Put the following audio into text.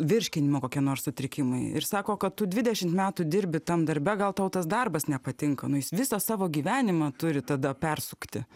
virškinimo kokie nors sutrikimai ir sako kad tu dvidešimt metų dirbi tam darbe gal tau tas darbas nepatinka nu jis visą savo gyvenimą turi tada persukti